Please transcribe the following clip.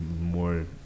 more